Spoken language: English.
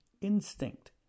instinct